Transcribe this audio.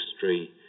history